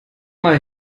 mal